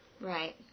Right